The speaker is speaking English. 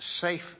safe